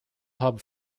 hub